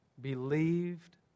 believed